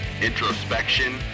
introspection